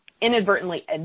inadvertently